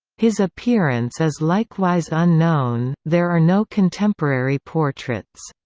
his appearance is likewise unknown there are no contemporary portraits.